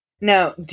Now